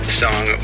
song